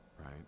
right